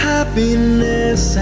Happiness